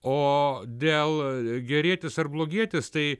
o dėl gerietis ar blogietis tai